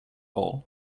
all